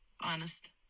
honest